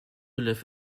live